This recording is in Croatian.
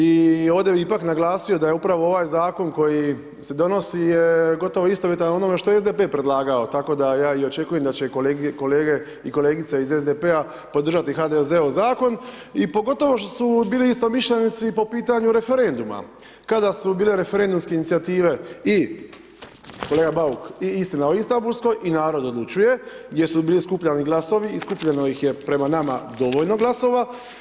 I ovdje bi ipak naglasio da je upravo ovaj Zakon koji se donosi je gotovo istovjetan onome što je SDP predlagao, tako da ja i očekujem da će kolege i kolegice iz SDP-a podržati HDZ-ov Zakon i pogotovo što su bili istomišljenici po pitanju referenduma kada su bile referendumske inicijative i kolega Bauk i istina, o Istambulskoj i Narod odlučuje, jer su bili skupljani glasovi i skupljeno ih je, prema nama, dovoljno glasova.